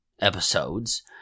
episodes